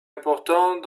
important